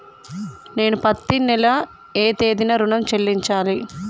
నేను పత్తి నెల ఏ తేదీనా ఋణం చెల్లించాలి?